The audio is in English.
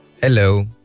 Hello